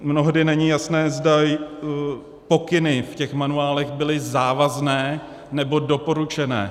Mnohdy není jasné, zda pokyny v těch manuálech byly závazné, nebo doporučené.